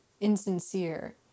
insincere